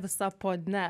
visa ponia